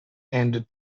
and